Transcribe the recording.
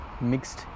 mixed